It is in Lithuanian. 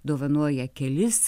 dovanoja kelis